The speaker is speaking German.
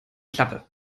klappe